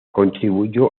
contribuyó